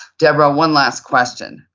debra, one last question.